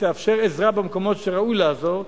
ותאפשר עזרה במקומות שראוי לעזור,